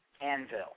Anvil